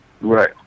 Right